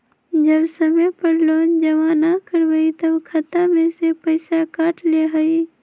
जब समय पर लोन जमा न करवई तब खाता में से पईसा काट लेहई?